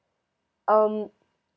um